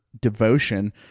devotion